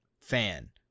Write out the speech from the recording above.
fan